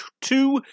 two